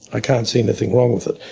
i can't see anything wrong with it.